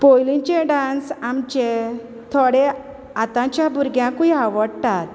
पोयलींचे dance आमचे थोडे आतांच्या भुरग्याकूय आवडटात